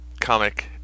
comic